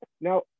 Now